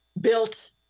built